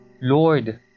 Lord